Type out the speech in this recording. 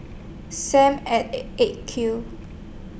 SAM At eight Q